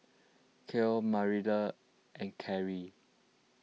Carlyle Marilynn and Claire